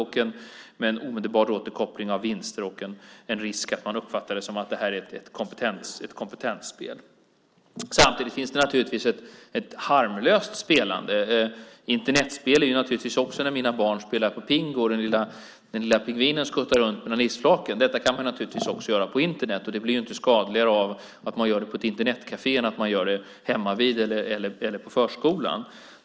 Det är en omedelbar återkoppling av vinster och en risk att man uppfattar det som att det är ett kompetensspel. Samtidigt finns det naturligtvis ett harmlöst spelande. Internetspelande är det naturligtvis också när mina barn spelar Pingu, och den lilla pingvinen skuttar runt på isflaken. Detta kan man naturligtvis också göra på Internet. Det blir ju inte skadligare av att man gör det på ett Internetkafé än att man gör det hemmavid eller på förskolan.